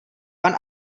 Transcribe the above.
pan